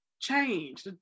change